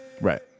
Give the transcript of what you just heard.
Right